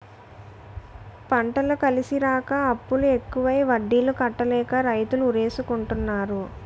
పంటలు కలిసిరాక అప్పులు ఎక్కువై వడ్డీలు కట్టలేక రైతులు ఉరేసుకుంటన్నారు